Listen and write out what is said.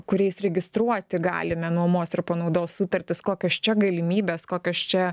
kuriais registruoti galime nuomos ir panaudos sutartis kokios čia galimybės kokios čia